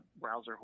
browser